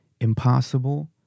impossible